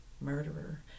murderer